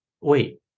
wait